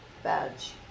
badge